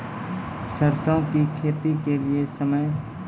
सरसों की खेती के लिए समय?